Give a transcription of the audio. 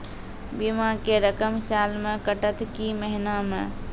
बीमा के रकम साल मे कटत कि महीना मे?